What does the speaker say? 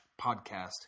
podcast